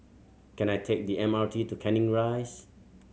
can I take the M R T to Canning Rise